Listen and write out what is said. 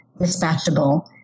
dispatchable